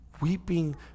weeping